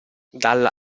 dalla